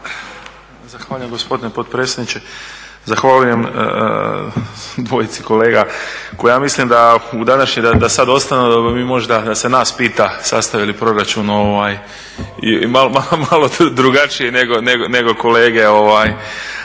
Zahvaljujem gospodine potpredsjedniče. Zahvaljujem dvojci kolega koje ja mislim u današnje, da sada ostanu da bi mi možda, da se nas pita sastavili proračun i malo to, drugačiji nego kolege